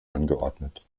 angeordnet